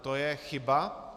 To je chyba.